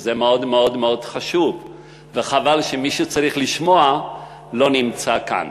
וזה מאוד מאוד חשוב וחבל שמי שצריך לשמוע לא נמצא כאן.